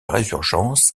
résurgence